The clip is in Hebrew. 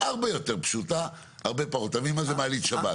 הרבה יותר פשוטה ממעלית שבת.